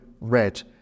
red